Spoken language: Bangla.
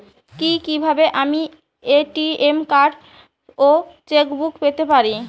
কি কিভাবে আমি এ.টি.এম কার্ড ও চেক বুক পেতে পারি?